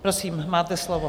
Prosím, máte slovo.